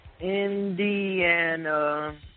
Indiana